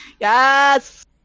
Yes